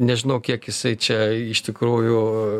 nežinau kiek jisai čia iš tikrųjų